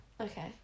okay